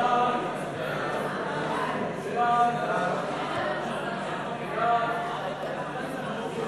ההצעה להעביר את הצעת חוק קידום התחרות בענף המזון,